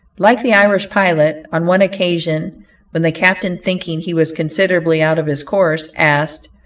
like the irish pilot, on one occasion when the captain, thinking he was considerably out of his course asked,